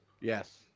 Yes